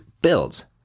builds